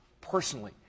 personally